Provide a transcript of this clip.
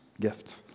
gift